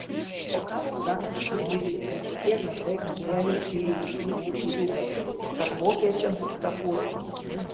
o karas dar kažkur virė visokie gandai gandeliai ėjo iš lūpų į lūpas kad vokiečiams kaput